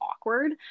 awkward